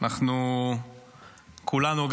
כולנו,